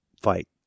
fight